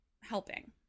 helping